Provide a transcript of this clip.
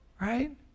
Right